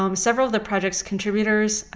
um several of the project's contributors,